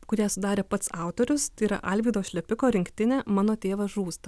kurią sudarė pats autorius tai yra alvydo šlepiko rinktinė mano tėvas žūsta